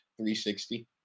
360